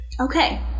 Okay